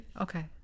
Okay